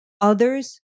others